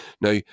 Now